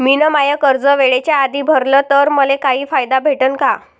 मिन माय कर्ज वेळेच्या आधी भरल तर मले काही फायदा भेटन का?